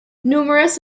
numerous